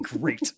great